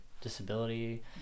disability